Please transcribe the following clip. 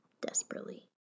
desperately